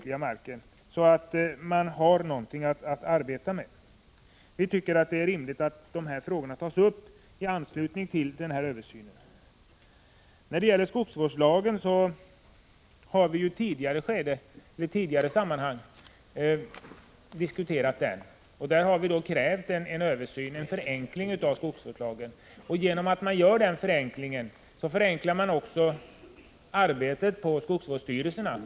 Detta är nödvändigt för att man skall ha något att arbeta med. Vi anser att det är rimligt att dessa frågor tas upp i anslutning till den aviserade översynen. Skogsvårdslagen har vi diskuterat i tidigare sammanhang. Vi krävde då en översyn, en förenkling av lagen. Därigenom skulle man också förenkla arbetet på skogsvårdsstyrelserna.